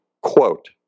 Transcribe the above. quote